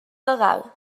legal